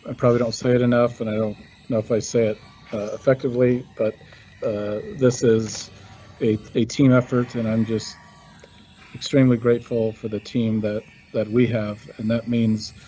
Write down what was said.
ah probably don't say it enough, and i don't know if i say it affectively, but this is a team effort and i'm just extremely grateful for the team that that we have and that means